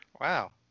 Wow